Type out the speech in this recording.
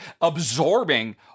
absorbing